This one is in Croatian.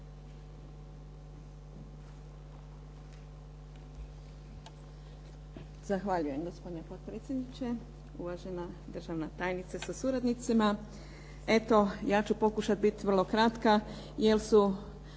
Zahvaljujem gospodine potpredsjedniče. Uvažena državna tajnice sa suradnicima. Eto ja ću pokušati biti vrlo kratka, jer su